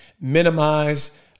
minimize